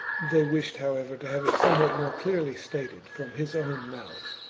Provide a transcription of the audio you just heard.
they wished, however, to have it somewhat more clearly stated from his own mouth.